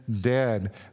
dead